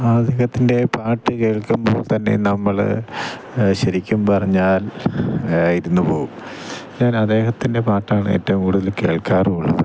അദ്ദേഹത്തിൻ്റെ പാട്ടു കേൾക്കുമ്പോൾ തന്നെ നമ്മൾ ശരിക്കും പറഞ്ഞാൽ ഇരുന്നു പോവും ഞാൻ അദ്ദേഹത്തിൻ്റെ പാട്ടാണ് ഏറ്റവും കൂടുതൽ കേൾക്കാറുള്ളത്